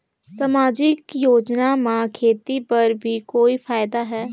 समाजिक योजना म खेती बर भी कोई फायदा है?